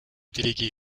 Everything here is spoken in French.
déléguer